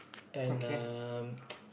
and um